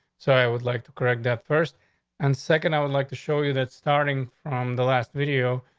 so i would like to correct that. first and second, i would like to show you that starting from the last video,